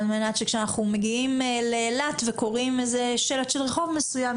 על מנת שכשאנחנו מגיעים לאילת וקוראים שלט של רחוב מסוים,